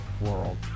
world